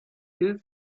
two